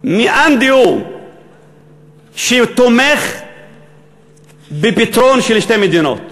מאן דהוא שתומך בפתרון של שתי מדינות.